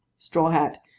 straw hat.